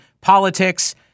politics